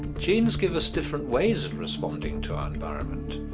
genes give us different ways of responding to our environment.